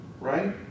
Right